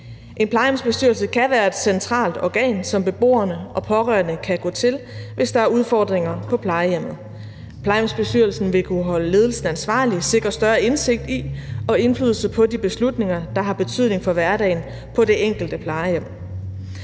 En plejehjemsbestyrelse kan være et centralt organ, som beboerne og de pårørende kan gå til, hvis der er udfordringer på plejehjemmet. Plejehjemsbestyrelsen ville kunne holde ledelsen ansvarlig og sikre større indsigt i og indflydelse på de beslutninger, der har betydning for hverdagen på det enkelte plejehjem.